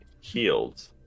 Healed